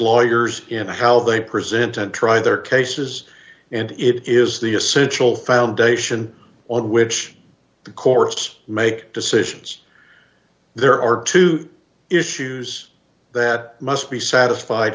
lawyers in how they present and try their cases and it is the essential foundation on which the courts make decisions there are two issues that must be satisfied